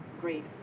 great